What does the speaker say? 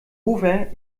hofer